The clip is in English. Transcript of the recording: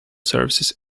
services